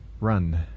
run